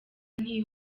nti